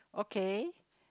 okay